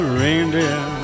reindeer